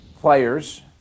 players